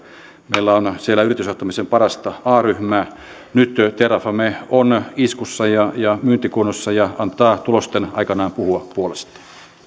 meillä on siellä yritysjohtamisen parasta a ryhmää nyt terrafame on iskussa ja ja myyntikunnossa ja antaa tulosten aikanaan puhua puolestaan